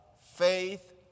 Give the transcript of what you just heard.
faith